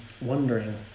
wondering